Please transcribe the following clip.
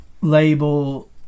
label